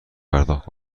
پرداخت